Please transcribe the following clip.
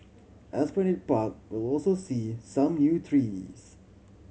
Esplanade Park will also see some new trees